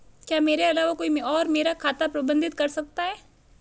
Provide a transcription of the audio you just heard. क्या मेरे अलावा कोई और मेरा खाता प्रबंधित कर सकता है?